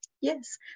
yes